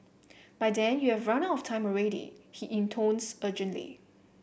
by then you have run out of time already he intones urgently